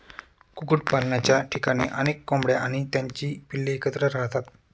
कुक्कुटपालनाच्या ठिकाणी अनेक कोंबड्या आणि त्यांची पिल्ले एकत्र राहतात